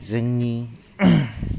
जोंनि